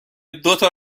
دوتا